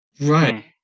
right